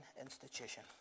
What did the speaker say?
institution